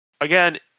again